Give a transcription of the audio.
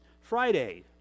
Friday